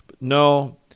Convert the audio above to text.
No